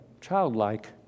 childlike